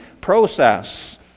process